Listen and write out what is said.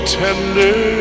tender